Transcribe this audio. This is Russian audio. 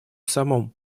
самом